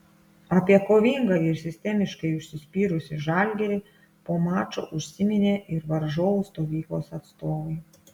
apie kovingą ir sistemiškai užsispyrusį žalgirį po mačo užsiminė ir varžovų stovyklos atstovai